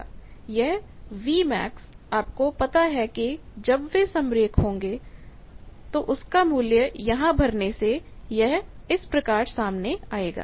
यह Vmax आपको पता है कि जब वे समरेख होंगे का मूल्य यहां भरने से यह किस प्रकार सामने आएगा